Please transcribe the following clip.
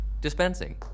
Dispensing